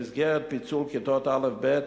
במסגרת פיצול כיתות א' וב',